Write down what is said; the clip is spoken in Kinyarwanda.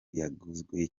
yaguzwe